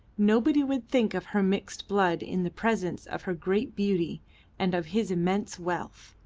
nobody would think of her mixed blood in the presence of her great beauty and of his immense wealth.